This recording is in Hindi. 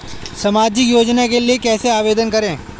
सामाजिक योजना के लिए कैसे आवेदन करें?